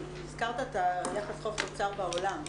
הזכרת את יחס חוב תוצר בעולם.